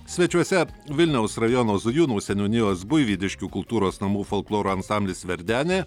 svečiuose vilniaus rajono zujūnų seniūnijos buivydiškių kultūros namų folkloro ansamblis verdenė